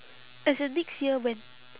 as in next year when